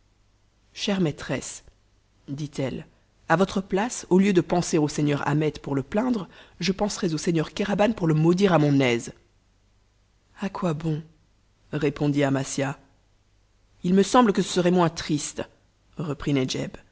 chère maîtresse dit-elle à votre place au lieu de penser au seigneur ahmet pour le plaindre je penserais au seigneur kéraban pour le maudire à mon aise a quoi bon répondit amasia il me semble que ce serait moins triste reprit